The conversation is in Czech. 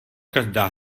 každá